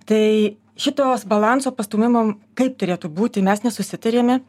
tai šitos balanso pastūmimo kaip turėtų būti mes nesusitarėme